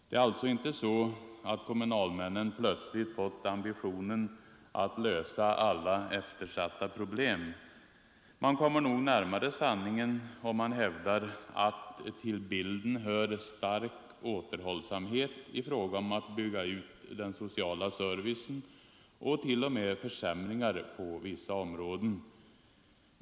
Det är alltså inte så att kommunalmännen plötsligt fått ambitioner att lösa alla eftersatta problem. Man kommer nog närmare sanningen om man hävdar att till bilden hör stark återhållsamhet i fråga om att bygga ut den sociala servicen och t.o.m. försämringar på vissa områden.